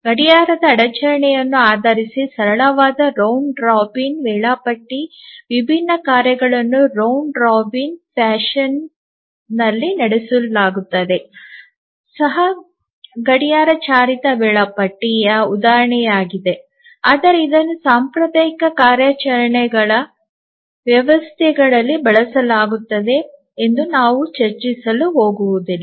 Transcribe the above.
ಗಡಿಯಾರದ ಅಡಚಣೆಯನ್ನು ಆಧರಿಸಿ ಸರಳವಾದ ರೌಂಡ್ ರಾಬಿನ್ ವೇಳಾಪಟ್ಟಿ ವಿಭಿನ್ನ ಕಾರ್ಯಗಳನ್ನು ರೌಂಡ್ ರಾಬಿನ್ ಶೈಲಿಯಲ್ಲಿ ನಡೆಸಲಾಗುತ್ತದೆ ಸಹ ಗಡಿಯಾರ ಚಾಲಿತ ವೇಳಾಪಟ್ಟಿಯ ಉದಾಹರಣೆಯಾಗಿದೆ ಆದರೆ ಇದನ್ನು ಸಾಂಪ್ರದಾಯಿಕ ಕಾರ್ಯಾಚರಣಾ ವ್ಯವಸ್ಥೆಗಳಲ್ಲಿ ಬಳಸಲಾಗುತ್ತದೆ ಎಂದು ನಾವು ಚರ್ಚಿಸಲು ಹೋಗುವುದಿಲ್ಲ